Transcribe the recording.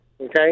Okay